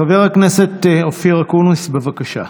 חבר הכנסת אופיר אקוניס, בבקשה.